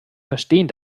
verstehen